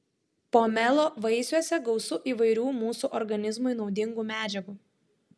pomelo vaisiuose gausu įvairių mūsų organizmui naudingų medžiagų